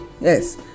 Yes